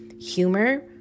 humor